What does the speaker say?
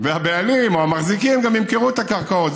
והבעלים או המחזיקים גם ימכרו את הקרקעות.